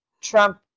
Trump